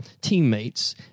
teammates